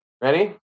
Ready